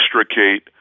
extricate